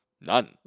none